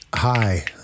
Hi